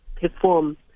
perform